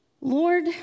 Lord